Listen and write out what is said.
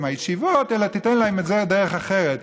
מהישיבות אלא תיתן להן את זה בדרך אחרת.